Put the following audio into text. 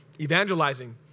evangelizing